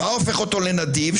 מה הופך אותו לנדיב?